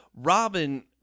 Robin